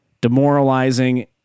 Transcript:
demoralizing